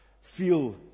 feel